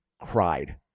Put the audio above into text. cried